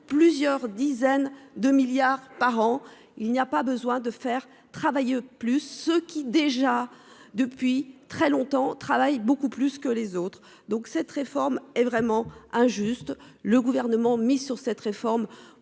plusieurs dizaines de milliards par an. Il n'y a pas besoin de faire travaille plus, ce qui déjà depuis très longtemps travaille beaucoup plus que les autres. Donc, cette réforme est vraiment injuste. Le gouvernement mise sur cette réforme